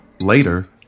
Later